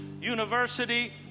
university